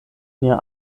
nia